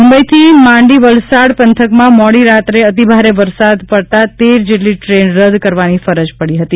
મુંબઇથી માંડી વલસાડ પંથકમાં મોડી રાત્રે અતિભારે વરસાદ પડતા તેર જેટલી ટ્રેન રદ કરવાની ફરજ પડી હતી